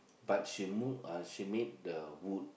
but she move uh she made the wood